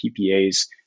PPAs